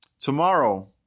tomorrow